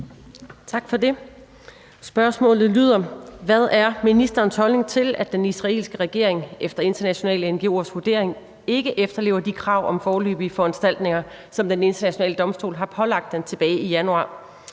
Tak for det. Spørgsmålet lyder: Hvad er ministerens holdning til, at den israelske regering efter internationale ngo’ers vurdering ikke efterlever de krav om foreløbige foranstaltninger, som Den Internationale Domstol har pålagt den tilbage i januar,